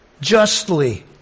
justly